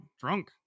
drunk